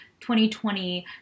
2020